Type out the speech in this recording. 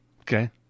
Okay